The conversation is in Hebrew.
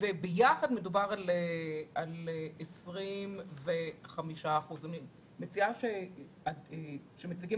וביחד מדובר על 25%. אני מציעה שכאשר מציגים